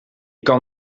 kan